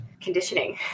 conditioning